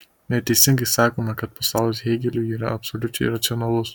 neteisingai sakome kad pasaulis hėgeliui yra absoliučiai racionalus